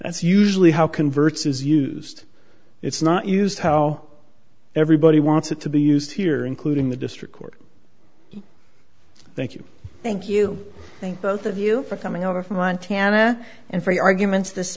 that's usually how converts is used it's not used how everybody wants it to be used here including the district court thank you thank you thank both of you for coming over from montana and for your arguments this